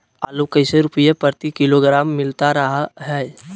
आलू कैसे रुपए प्रति किलोग्राम मिलता रहा है?